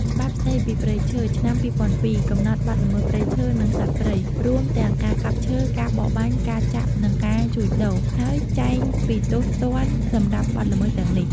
ច្បាប់ស្តីពីព្រៃឈើ ឆ្នាំ ២០០២ កំណត់បទល្មើសព្រៃឈើ និងសត្វព្រៃ រួមទាំងការកាប់ឈើ ការបរបាញ់ ការចាប់ និងការជួញដូរ ហើយចែងពីទោសទណ្ឌសម្រាប់បទល្មើសទាំងនេះ។